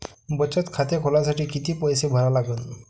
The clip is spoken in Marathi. बचत खाते खोलासाठी किती पैसे भरा लागन?